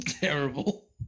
terrible